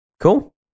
Cool